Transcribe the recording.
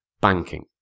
Banking